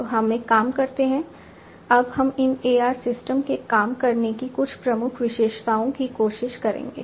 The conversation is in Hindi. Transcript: तो हम एक काम करते हैं अब हम इन AR सिस्टम के काम करने की कुछ प्रमुख विशेषताओं की कोशिश करेंगे